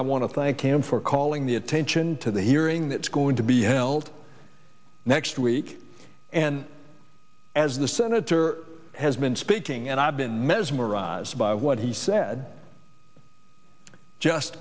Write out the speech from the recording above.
i want to thank him for calling the attention to the hearing that's going to be held next week and as the senator has been speaking and i've been mesmerized by what he said just